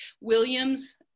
Williams